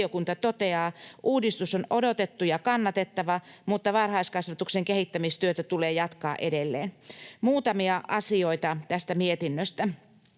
valiokunta toteaa, uudistus on odotettu ja kannatettava mutta varhaiskasvatuksen kehittämistyötä tulee jatkaa edelleen. Muutamia asioita tästä mietinnöstä: